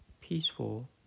peaceful